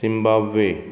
Zimbabwe